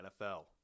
NFL